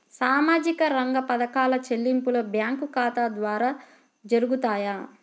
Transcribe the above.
సామాజిక రంగ పథకాల చెల్లింపులు బ్యాంకు ఖాతా ద్వార జరుగుతాయా?